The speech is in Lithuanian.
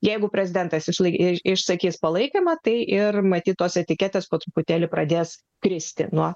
jeigu prezidentas išlaikys išsakys palaikymą tai ir matyt tos etiketės po truputėlį pradės kristi nuo